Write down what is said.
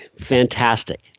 Fantastic